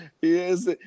yes